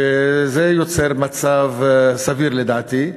וזה יוצר מצב סביר, לדעתי.